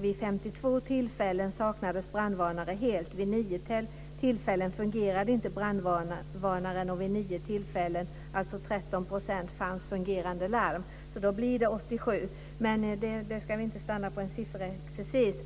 Vid 52 tillfällen saknades brandvarnare helt. Vid 9 tillfällen fungerade inte brandvarnaren och vid 9 tillfällen, dvs. 13 %, fanns fungerande larm. Då blir det 87. Men vi ska inte stanna vid denna sifferexercis.